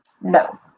No